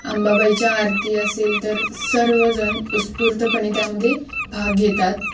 अंबाबाईच्या आरती असेल तर सर्व जण उत्स्फूर्तपणे त्यामध्ये भाग घेतात